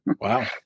Wow